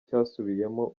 cyasubiyemo